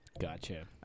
Gotcha